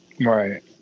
Right